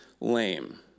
lame